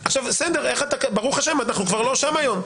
ברוך השם אנחנו כבר לא שם היום,